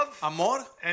amor